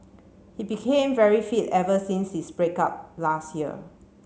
he became very fit ever since his break up last year